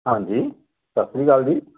ਹਾਂਜੀ ਸਤਿ ਸ਼੍ਰੀ ਅਕਾਲ ਜੀ